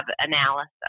analysis